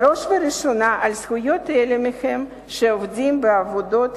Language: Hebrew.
בראש ובראשונה על זכויות אלה מהם שעובדים בעבודות